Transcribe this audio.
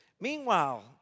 Meanwhile